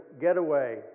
getaway